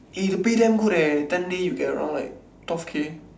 eh the pay damn good eh ten days you get around like twelve K